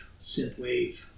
synthwave